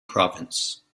province